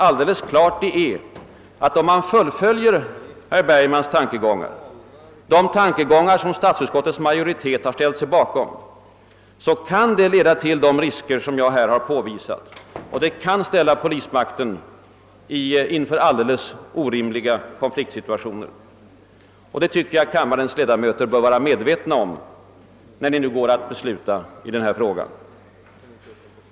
Alldeles klart är, att om man fullföljer herr Bergmans tankegångar — de tankegångar vilka statsutskottets majoritet ställt sig bakom — så kan det leda till de risker som jag nu påvisat, och det kan försätta polismakten i alldeles orimliga konfliktsituationer. Det tycker jag att kammarens ledamöter bör vara medvetna om, när vi går att besluta i frågan.